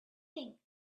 think